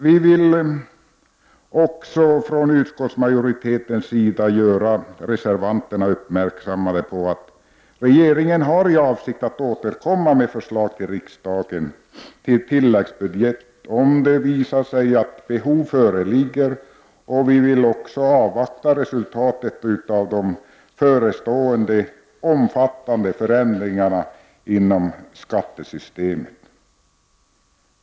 Vi vill från utskottsmajoritetens sida göra reservanterna uppmärksamma på att regeringen har för avsikt att återkomma till riksdagen med förslag till tilläggsbudget, om det visar sig att behov föreligger. Vi vill också avvakta resultatet av de förestående omfattande förändringarna inom skattesystemet.